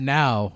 now